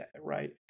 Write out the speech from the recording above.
right